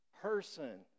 person